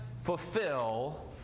fulfill